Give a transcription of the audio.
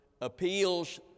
appeals